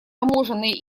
таможенные